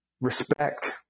respect